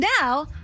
now